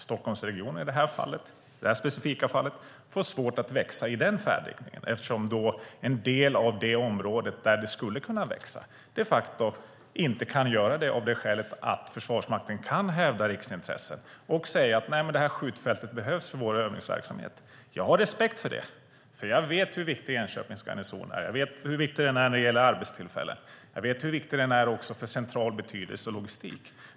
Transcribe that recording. Stockholmsregionen, i det här specifika fallet, får svårt att växa i den riktningen, eftersom en del av det område där den skulle kunna växa de facto inte kan göra det av skälet att Försvarsmakten kan hävda riksintresse och säga: Nej, det här skjutfältet behövs för övningsverksamhet. Jag har respekt för det, för jag vet hur viktig Enköpings garnison är. Jag vet hur viktig den är när det gäller arbetstillfällen. Jag vet också vilken central betydelse den har för logistiken.